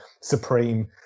supreme